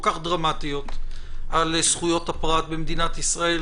כך דרמטיות על זכויות הפרט במדינת ישראל,